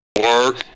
Work